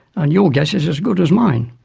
and your guess is as good as mine.